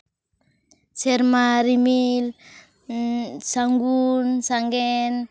ᱥᱮᱨᱢᱟ ᱨᱤᱢᱤᱞ ᱥᱟᱹᱜᱩᱱ ᱥᱟᱜᱮᱱ